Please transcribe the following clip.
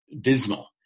dismal